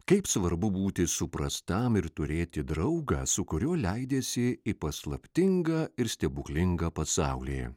kaip svarbu būti suprastam ir turėti draugą su kuriuo leidiesi į paslaptingą ir stebuklingą pasaulį